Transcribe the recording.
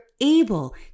able